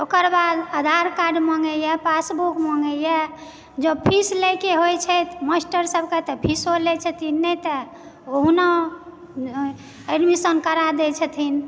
ओकर बाद आधार कार्ड माँगेए पासबुक माँगेए जब फीस लयके होइ छै मास्टरसभकेँ तऽ फीसो लए छथिन नहि तऽ ओहुना एडमिशन करा दय छथिन